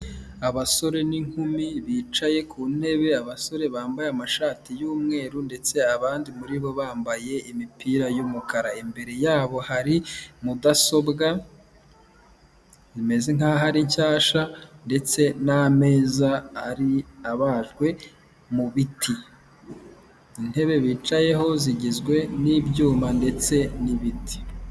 Abasore n'inkumi bicaye ku ntebe, abasore bambaye amashati y'umweru ndetse abandi muri bo bambaye imipira y'umukara, imbere yabo hari mudasobwa imeze nkaho ari nshyasha ndetse n'ameza abajwe mu biti. Intebe bicayeho zigizwe n'ibyuma ndetse n'ibiti.